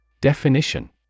Definition